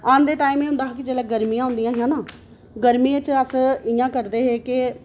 आंदे टाईम जेह्ड़ा होंदा हा कि गर्मियां होंदियां हियां ना गर्मियें च अस इ'यां करदे हे केह्